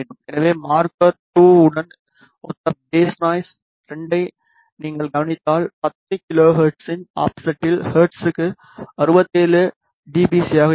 எனவே மார்க்கர் 2 உடன் ஒத்த பேஸ் நாய்ஸ் 2 ஐ நீங்கள் கவனித்தால் 10 கிலோ ஹெர்ட்ஸின் ஆஃப்செட்டில் ஹெர்ட்ஸுக்கு 67 டிபிசி இருக்கும்